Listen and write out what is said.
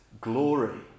glory